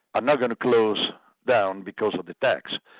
not going to close down because of the tax.